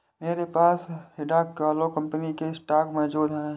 मेरे पास हिंडालको कंपनी के स्टॉक मौजूद है